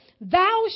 Thou